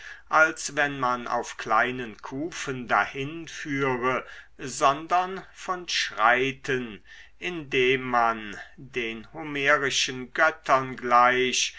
als wenn man auf kleinen kufen dahinführe sondern von schreiten indem man den homerischen göttern gleich